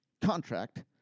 contract